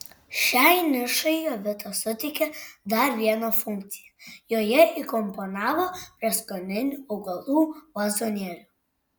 šiai nišai jovita suteikė dar vieną funkciją joje įkomponavo prieskoninių augalų vazonėlių